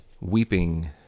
weeping